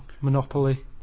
Monopoly